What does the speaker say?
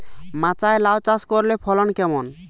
মাচায় লাউ চাষ করলে ফলন কেমন?